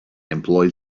employed